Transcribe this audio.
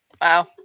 Wow